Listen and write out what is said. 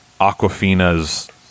Aquafina's